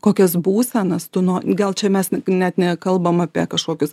kokias būsenas tu no dėl čia mes net nekalbam apie kažkokius